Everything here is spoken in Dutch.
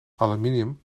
aluminium